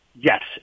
Yes